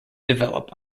develop